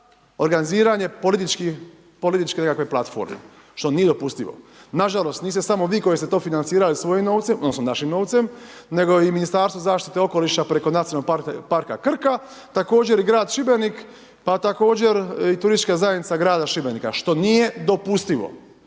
organiziranje političke platforme, što nije dopustivo. Nažalost niste samo vi, koji ste to financirali svojim novcem, odnosno, našim novcem, nego je i Ministarstvo zaštite okoliša, preko nacionalnog parka Krka, također i grad Šibenik, pa također i turistička zajednica grada Šibenika što nije dopustivo,